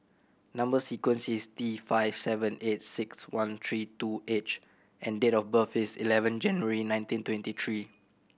number sequence is T five seven eight six one three two H and date of birth is eleven January nineteen twenty three